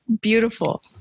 beautiful